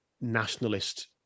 nationalist